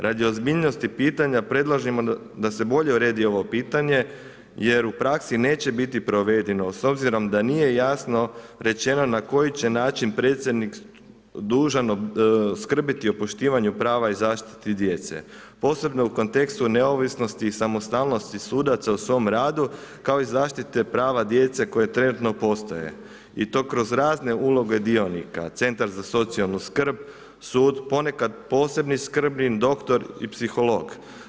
Radi ozbiljnosti pitanja predlažemo da se bolje uredi ovo pitanje jer u praksi neće biti provedeno s obzirom da nije jasno rečeno na koji će način predsjednik dužan skrbiti o poštivanju prava i zaštiti djece, posebno u kontekstu neovisnosti i samostalnosti sudaca u svom radu kao i zaštite prava djece koja trenutno postoje i to kroz razne uloge dionika Centar za socijalnu skrb, sud, ponekad posebni skrbnik, doktor i psiholog.